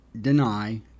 deny